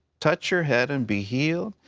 touch your head and be healed.